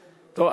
טוב,